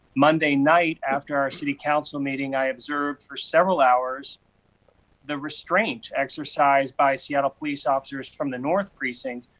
monday night, after city council meeting, i observed for several hours the restraint exercised by seattle police officers from the north precinct,